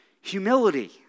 humility